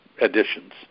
additions